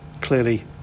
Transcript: Clearly